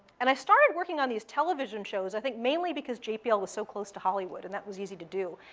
and i started working on these television shows i think mainly because jpl was so close to hollywood, and that was easy to do.